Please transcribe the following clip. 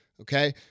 okay